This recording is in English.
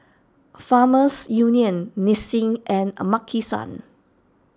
Farmers Union Nissin and a Maki San